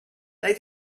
they